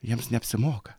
jiems neapsimoka